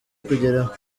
kugeraho